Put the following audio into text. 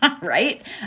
Right